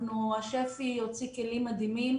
השפ"י הוציא כלים מדהימים,